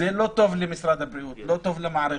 זה לא טוב למשרד הבריאות, לא טוב למערכת,